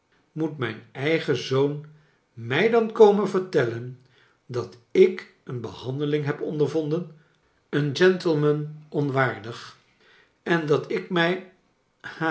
moet mijn eigen zoon mij dan komen vertellen dat ik een behandeling heb ondervonden een gentlemaxi onwaardig en dat ik mij